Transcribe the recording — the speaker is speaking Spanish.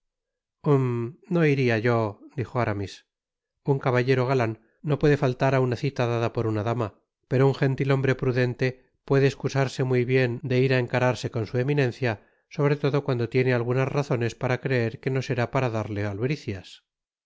i no iria yo dijo aramis un caballero galan no puede faltar á una cita dada por una dama pero un gentil hombre prudente puede muy bien escusarse de ir á encararse con su eminencia sobre'todo cuando tiene algunas razones para creer que no erá para darle albricias